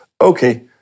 okay